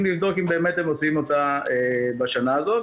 לבדוק אם באמת הם עושים אותה בשנה הזאת,